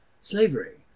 slavery